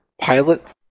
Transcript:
pilot